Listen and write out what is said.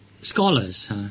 scholars